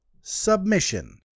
Submission